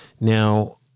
now